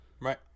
Right